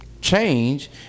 change